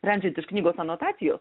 sprendžiant iš knygos anotacijos